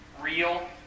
Real